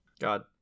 God